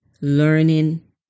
learning